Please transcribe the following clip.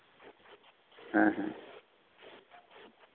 ᱦᱮᱸ ᱦᱮᱸ